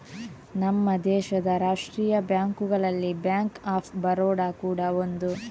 ನಮ್ಮ ದೇಶದ ರಾಷ್ಟೀಯ ಬ್ಯಾಂಕುಗಳಲ್ಲಿ ಬ್ಯಾಂಕ್ ಆಫ್ ಬರೋಡ ಕೂಡಾ ಒಂದು